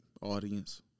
audience